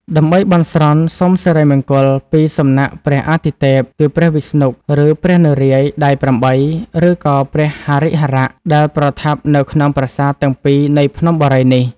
ដើម្បីបន់ស្រន់ សូមសិរីមង្គល ពី សំណាក់ព្រះអាទិទេព គឺព្រះវិស្ណុ ឬព្រះនរាយណ៍ដៃ៨ ឬក៏ព្រះហរិហរៈ ដែលប្រថាប់នៅក្នុង ប្រាសាទទាំងពីរនៃភ្នំបូរីនេះ ។